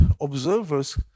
Observers